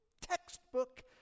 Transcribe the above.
textbook